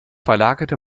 verlagerte